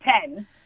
Ten